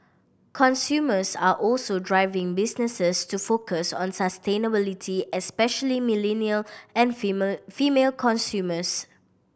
consumers are also driving businesses to focus on sustainability especially millennial and female consumers